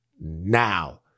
now